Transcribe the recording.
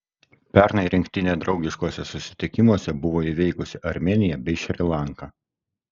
pernai rinktinė draugiškuose susitikimuose buvo įveikusi armėniją bei šri lanką